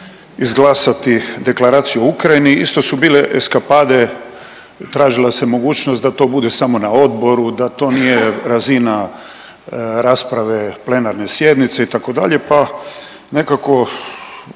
izglasati Deklaraciju o Ukrajini. Isto su bile eskapade, tražila se mogućnost da to bude samo na odboru, da to nije razina rasprave plenarne sjednice itd. Pa nekako